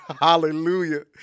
Hallelujah